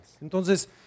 Entonces